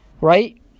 right